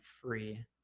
free